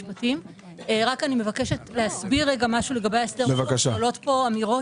אני מבקשת להסביר משהו עולות פה אמירות